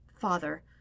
father